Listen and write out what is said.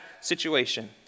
situation